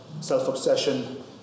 Self-obsession